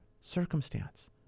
circumstance